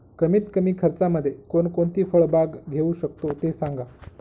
कमीत कमी खर्चामध्ये कोणकोणती फळबाग घेऊ शकतो ते सांगा